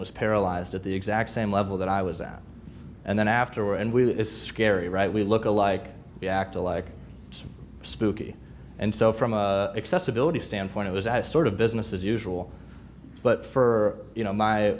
and was paralyzed at the exact same level that i was at and then afterward and we carry right we look alike we act alike spooky and so from a accessibility standpoint it was a sort of business as usual but for you know my